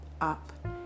up